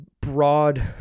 broad